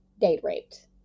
date-raped